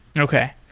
okay.